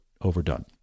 overdone